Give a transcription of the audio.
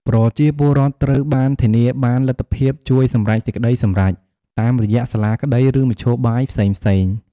ប្រជាពលរដ្ឋត្រូវបានធានាបានលទ្ធភាពជួយសម្រេចសេចក្ដីសម្រេច តាមរយៈសាលាក្តីឬមធ្យោបាយផ្សេងៗ។